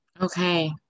Okay